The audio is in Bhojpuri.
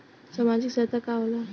सामाजिक सहायता का होला?